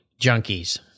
junkies